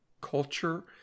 culture